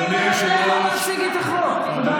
תן לו להציג את החוק, תודה רבה.